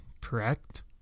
correct